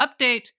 update